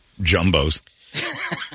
jumbos